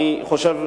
אני חושב,